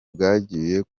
bwagiye